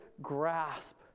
grasp